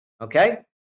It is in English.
Okay